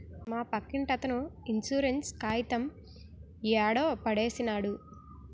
మా పక్కింటతను ఇన్సూరెన్స్ కాయితం యాడో పడేసినాడు